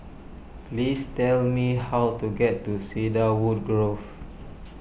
please tell me how to get to Cedarwood Grove